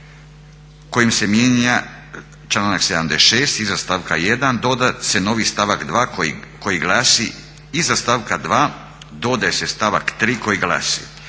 19.kojim se članak 76.iza stavka 1.doda se novi stavak 2., koji glasi: iza stavka 2.dodaje se stavak 3.koji glasi: